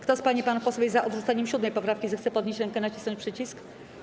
Kto z pań i panów posłów jest odrzuceniem 7. poprawki, zechce podnieść rękę i nacisnąć przycisk.